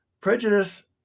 Prejudice